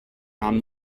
nahm